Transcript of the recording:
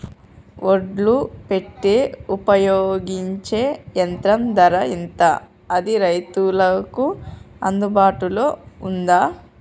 ఒడ్లు పెట్టే ఉపయోగించే యంత్రం ధర ఎంత అది రైతులకు అందుబాటులో ఉందా?